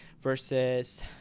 versus